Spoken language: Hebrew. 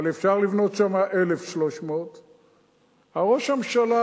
אבל אפשר לבנות שם 1,300. אבל ראש הממשלה,